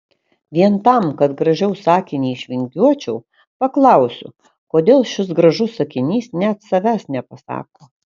vien tam kad gražiau sakinį išvingiuočiau paklausiu kodėl šis gražus sakinys net savęs nepasako